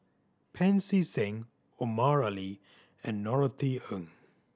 Pancy Seng Omar Ali and Norothy Ng